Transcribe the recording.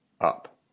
up